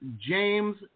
James